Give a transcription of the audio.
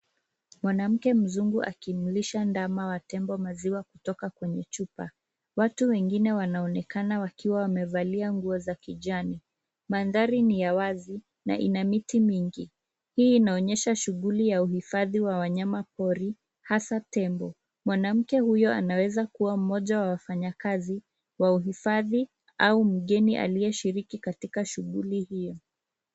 Mwanamke mzungu akimlisha ndama wa tembo maziwa kutoka kwenye chupa. Watu wengine wanaonekana wakiwa wamevalia nguo za kijani. Mandhari ni ya wazi, na ina miti mingi. Hii inaonyesha shughuli ya uhifadhi wa wanyamapori, hasa tembo. Mwanamke huyo anaweza kuwa mmoja wa wafanyakazi wa uhifadhi au mgeni aliyeshiriki katika shughuli hiyo.